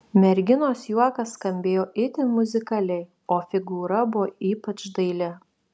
merginos juokas skambėjo itin muzikaliai o figūra buvo ypač daili